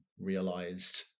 realized